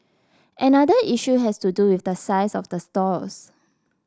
another issue has to do with the size of the stalls